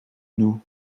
nous